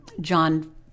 John